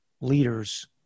leaders